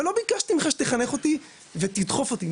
ולא ביקשתי ממך שתחנך אותי ותדחוף אותי.